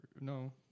No